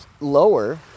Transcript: lower